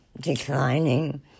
declining